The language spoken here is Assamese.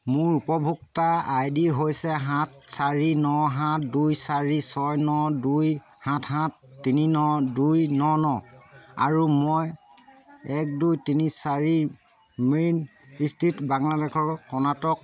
মোৰ উপভোক্তা আই ডি হৈছে সাত চাৰি ন সাত দুই চাৰি ছয় ন দুই সাত সাত তিনি ন দুই ন ন আৰু মই এক দুই তিনি চাৰি মেইন ষ্ট্ৰীট বাংলাদেশৰ কৰ্ণাটক